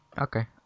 okay